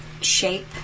shape